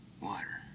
Water